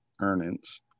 earnings